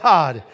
God